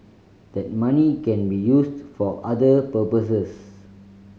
that money can be used for other purposes